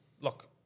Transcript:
Look